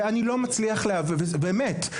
באמת,